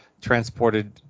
transported